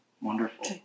Wonderful